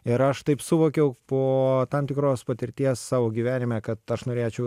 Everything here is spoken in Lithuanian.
ir aš taip suvokiau po tam tikros patirties savo gyvenime kad aš norėčiau